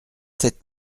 sept